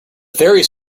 faeries